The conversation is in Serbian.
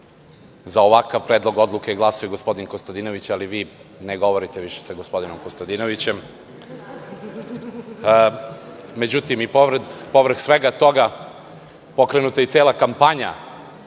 za ovakav predlog odluke, glasao je gospodin Konstantinović, ali vi ne govorite više sa gospodinom Konstantinovićem, ali i pored, povrh svega toga, pokrenuta je cela kampanja